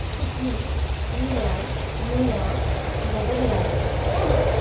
Sydney England New York Netherland Oman